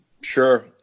Sure